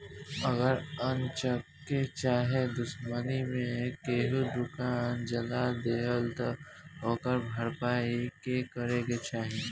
अगर अन्चक्के चाहे दुश्मनी मे केहू दुकान जला देलस त ओकर भरपाई के करे के चाही